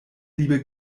liebe